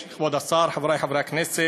עכשיו יש לך אחריות.